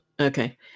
Okay